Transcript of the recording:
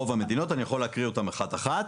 אני יכול להקריא אותן אחת-אחת.